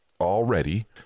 already